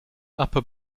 upper